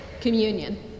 communion